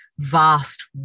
vast